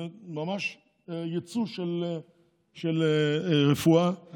זה ממש יצוא של רפואה בתוך מדינת ישראל.